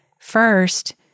first